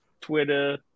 Twitter